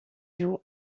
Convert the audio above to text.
joue